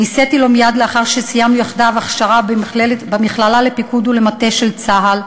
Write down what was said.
נישאתי לו מייד לאחר שסיימנו יחדיו הכשרה במכללה לפיקוד ולמטה של צה"ל.